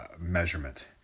measurement